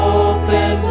open